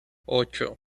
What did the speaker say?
ocho